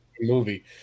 movie